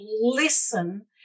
listen